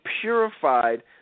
purified